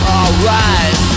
Alright